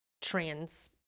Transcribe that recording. trans